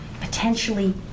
potentially